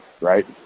right